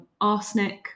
arsenic